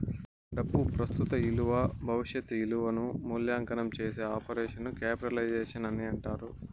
డబ్బు ప్రస్తుత ఇలువ భవిష్యత్ ఇలువను మూల్యాంకనం చేసే ఆపరేషన్ క్యాపిటలైజేషన్ అని అంటారు